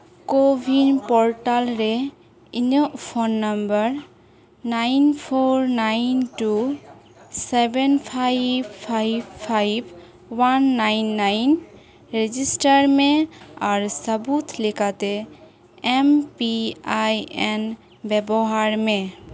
CoWIN portal ᱨᱮ ᱤᱧᱟᱹᱜ phone number nine four nine two seven five five five one nine nine register ᱢᱮ ᱟᱨ ᱥᱟᱹᱵᱩᱫ ᱞᱮᱠᱟᱛᱮ ᱮᱢ ᱯᱤ ᱟᱭ ᱮᱱ ᱵᱮᱵᱚᱦᱟᱨ ᱢᱮ